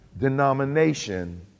denomination